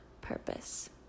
purpose